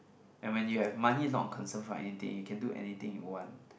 and when you have money not conserved or anything you can do anything you want